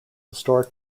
historic